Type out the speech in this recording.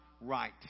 right